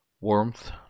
warmth